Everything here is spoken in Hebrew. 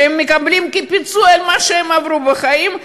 שהם מקבלים כפיצוי על מה שהם עברו בחיים,